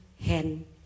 hand